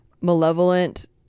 Malevolent